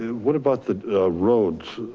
what about the roads?